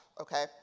okay